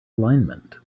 alignment